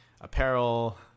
apparel